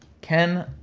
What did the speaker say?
ken